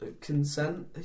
consent